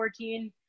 2014